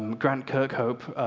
um grant kirkhope,